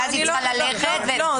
ואז היא צריכה ללכת- -- לא,